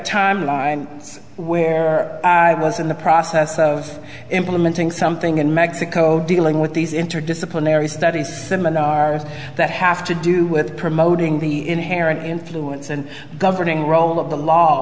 timeline where i was in the process of implementing something in mexico dealing with these interdisciplinary studies seminars that have to do with promoting the inherent influence and governing role of the law